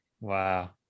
Wow